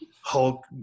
Hulk